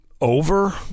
over